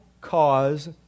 cause